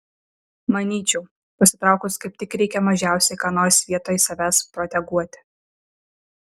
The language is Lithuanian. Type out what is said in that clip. manyčiau pasitraukus kaip tik reikia mažiausiai ką nors vietoj savęs proteguoti